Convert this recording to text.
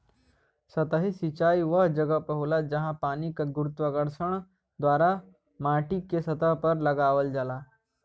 सतही सिंचाई वह जगह होला, जहाँ पानी के गुरुत्वाकर्षण द्वारा माटीके सतह पर लगावल जाला